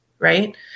Right